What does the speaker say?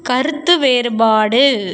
கருத்து வேறுபாடு